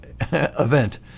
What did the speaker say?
event